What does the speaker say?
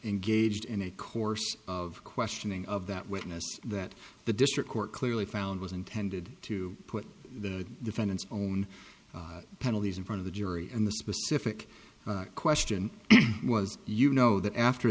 engaged in a course of questioning of that witness that the district court clearly found was intended to put the defendant's own penalties in front of the jury and the specific question was you know that after